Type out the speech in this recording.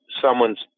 someone's